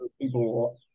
people